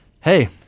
Hey